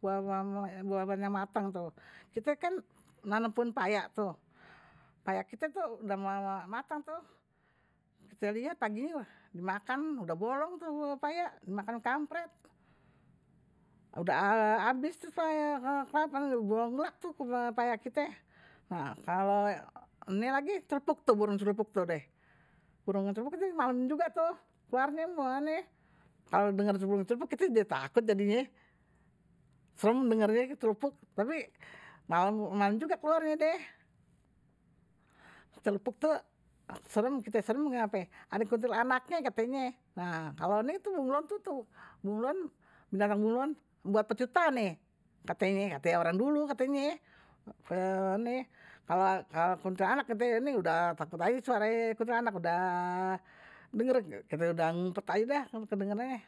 Buah-buahan yang mateng tuh kita kan nanem pohon payak tuh payak kita tuh, udah matang tuh kita liat paginya, dimakan udah bolong tuh buah payak dimakan kampret udah habis tuh payak, kapan uuah bongglak tuh ke payak kite nah, kalau ini lagi celepuk tuh, burung celepuk tuh deh burung celepuk tuh malam juga tuh keluarannya mau aneh kalau denger celepuk itu dia takut jadinya serem dengernya celepuk, tapi malam juga keluarnya deh celepuk tuh serem kita, serem apa? Aduh kutil anaknya katanya nah, kalau ini tuh bunglon tuh tuh bunglon, binatang bunglon buat pecutannye nih katanya, katanya orang dulu katanya kalau kuntilanak ini udah takut aja suaranya kuntilanak udah denger, kita udah ngumpet aja deh kedengarannya.